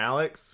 Alex